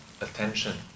attention